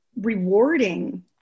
rewarding